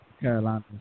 Carolina